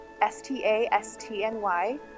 s-t-a-s-t-n-y